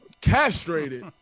castrated